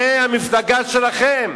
זה המפלגה שלכם.